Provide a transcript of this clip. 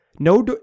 No